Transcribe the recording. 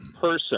person